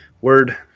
Word